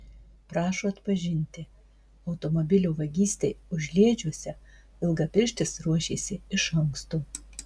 prašo atpažinti automobilio vagystei užliedžiuose ilgapirštis ruošėsi iš anksto